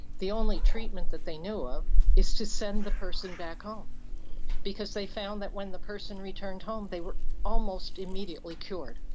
the only treatment that they knew of is to send the person back home because they found that when the person returned home they were almost immediately cured.